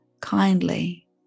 kindly